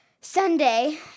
Sunday